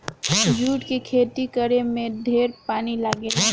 जुट के खेती करे में ढेरे पानी लागेला